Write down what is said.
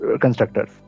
constructors